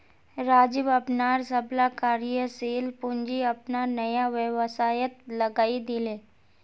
राजीव अपनार सबला कार्यशील पूँजी अपनार नया व्यवसायत लगइ दीले